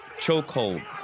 chokehold